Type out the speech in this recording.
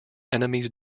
enemies